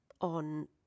on